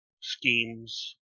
schemes